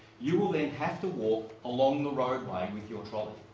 you will then have to walk along the roadway with your trolley.